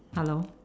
hello